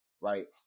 Right